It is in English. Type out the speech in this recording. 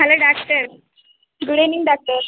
hello doctor good evening doctor